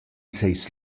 seis